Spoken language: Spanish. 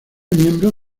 miembro